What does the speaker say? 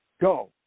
Go